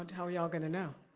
and how are y'all gonna know?